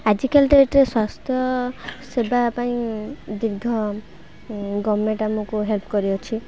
ଆଜିକାଲି ତ ଏଠାରେ ସ୍ୱାସ୍ଥ୍ୟସେବା ପାଇଁ ଦୀର୍ଘ ଗଭର୍ଣ୍ଣମେଣ୍ଟ୍ ଆମକୁ ହେଲ୍ପ୍ କରିଅଛି